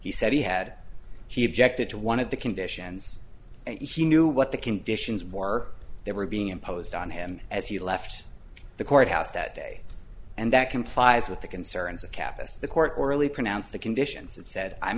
he said he had he objected to one of the conditions and he knew what the conditions were they were being imposed on him as he left the courthouse that day and that complies with the concerns of capice the court orally pronounced the conditions and said i'm